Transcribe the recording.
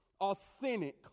authentic